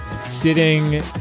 sitting